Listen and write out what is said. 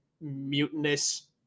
mutinous